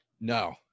No